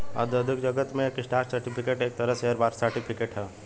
औद्योगिक जगत में स्टॉक सर्टिफिकेट एक तरह शेयर सर्टिफिकेट ह